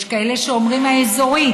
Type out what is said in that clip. יש כאלה שאומרים האזורית,